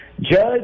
Judge